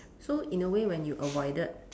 so in a way when you avoided